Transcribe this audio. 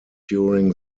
during